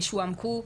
שהועמקו,